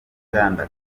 uganda